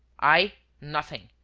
i, nothing.